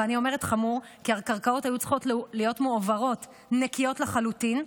ואני אומרת חמור כי הקרקעות היו צריכות להיות מועברות נקיות לחלוטין.